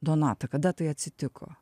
donata kada tai atsitiko